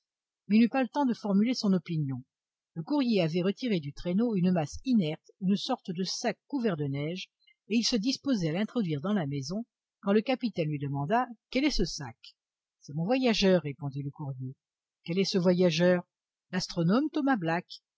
mais il n'eut pas le temps de formuler son opinion le courrier avait retiré du traîneau une masse inerte une sorte de sac couvert de neige et il se disposait à l'introduire dans la maison quand le capitaine lui demanda quel est ce sac c'est mon voyageur répondit le courrier quel est ce voyageur l'astronome thomas black